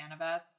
Annabeth